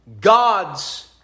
God's